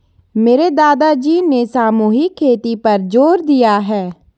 मेरे दादाजी ने सामूहिक खेती पर जोर दिया है